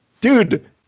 Dude